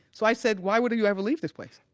so i said, why would you ever leave this place?